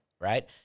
right